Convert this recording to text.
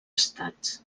estats